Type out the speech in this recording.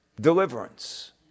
deliverance